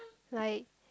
like